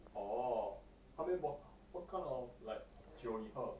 orh how many bot~ what kind of like 酒你喝